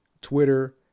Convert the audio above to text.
twitter